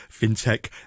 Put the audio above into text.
fintech